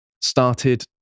started